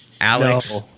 Alex